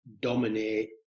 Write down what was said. dominate